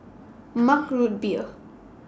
Mug Root Beer